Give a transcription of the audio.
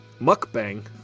Mukbang